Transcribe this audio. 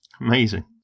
Amazing